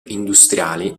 industriali